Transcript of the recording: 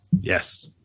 Yes